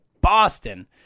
Boston